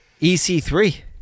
EC3